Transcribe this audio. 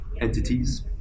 entities